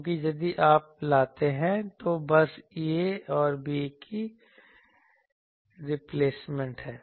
क्योंकि यदि आप लाते हैं तो बस a और b की रिप्लेसमेंट है